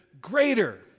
greater